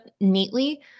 neatly